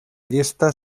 llista